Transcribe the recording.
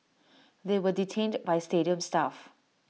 they were detained by stadium staff